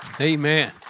Amen